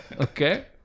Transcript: okay